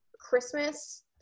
Christmas